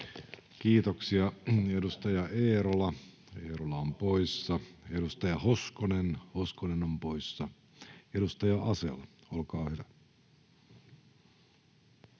Kiitoksia. — Edustaja Eerola, Eerola on poissa. Edustaja Hoskonen, Hoskonen on poissa. — Edustaja Asell, olkaa hyvä.